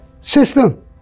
system